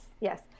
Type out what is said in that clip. yes